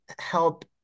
help